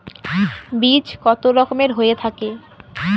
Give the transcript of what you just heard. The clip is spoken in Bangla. বীজ কত রকমের হয়ে থাকে?